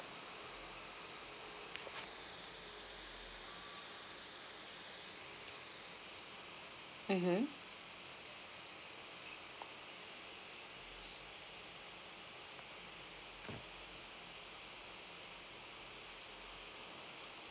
mmhmm